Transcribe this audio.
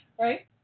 Right